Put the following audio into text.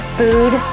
food